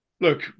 Look